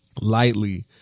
lightly